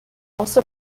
also